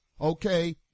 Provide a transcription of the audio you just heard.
okay